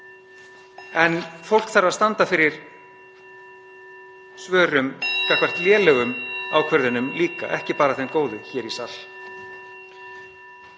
En fólk þarf að standa fyrir svörum gagnvart lélegum ákvörðunum líka, ekki bara þeim góðu hér í sal.